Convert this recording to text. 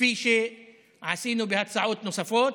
כפי שעשינו בהצעות נוספות.